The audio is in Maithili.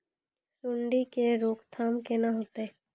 सुंडी के रोकथाम केना होतै?